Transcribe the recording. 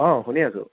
অঁ শুনি আছোঁ